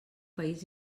país